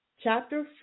chapter